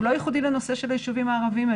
הוא לא ייחודי לנושא של היישובים הערביים.